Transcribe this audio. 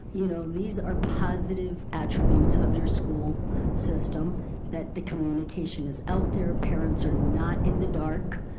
you know these are positive attributes of your school system that the communication is out there, parents are not in the dark,